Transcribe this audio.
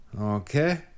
Okay